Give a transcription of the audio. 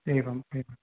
एवम् एवं